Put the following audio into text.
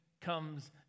comes